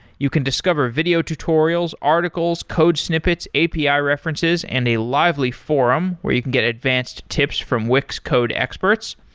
you can discover video tutorials, articles, code snippets, api ah references and a lively forum where you can get advanced tips from wix code experts.